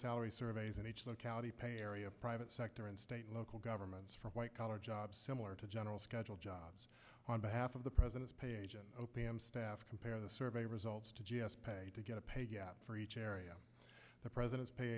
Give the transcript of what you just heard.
salary surveys and each locality pay area private sector and state local governments for white collar jobs similar to general schedule jobs on behalf of the president's page o p m staff compare the survey results to g s pay to get a pay gap for each area the president's pa